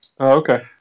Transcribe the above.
okay